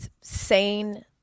sane